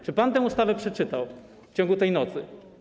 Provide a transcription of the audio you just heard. Czy pan tę ustawę przeczytał w ciągu tej nocy?